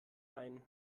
ein